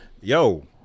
Yo